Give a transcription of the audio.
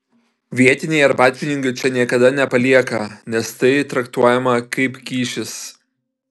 vietiniai arbatpinigių čia niekada nepalieka nes tai traktuojama kaip kyšis